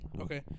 Okay